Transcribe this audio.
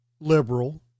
liberal